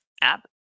app